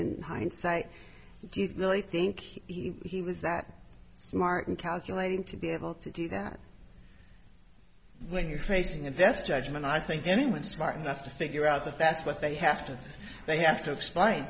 in hindsight do you really think he was that smart and calculating to be able to do that when you're facing invest judgement i think anyone smart enough to figure out that that's what they have to they have to explain